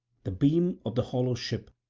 the beam of the hollow ship,